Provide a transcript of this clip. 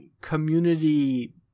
community